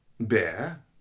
Bear